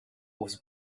was